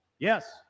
Yes